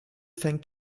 fängt